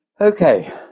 Okay